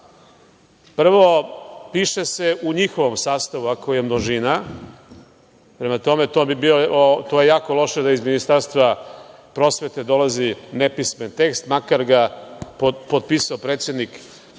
Prvo, piše se „u njihovom sastavu“, ako je množina. Prema tome, to je jako loše da iz Ministarstva prosvete dolazi nepismen tekst, makar ga potpisao predsednik